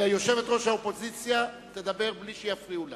ויושבת-ראש האופוזיציה תדבר בלי שיפריעו לה.